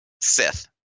Sith